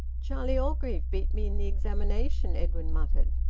charlie orgreave beat me in the examination, edwin muttered.